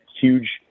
huge